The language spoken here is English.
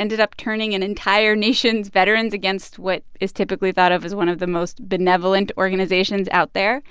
ended up turning an entire nation's veterans against what is typically thought of as one of the most benevolent organizations out there?